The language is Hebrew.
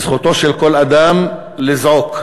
שזכותו של כל אדם לזעוק,